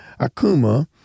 Akuma